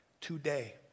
today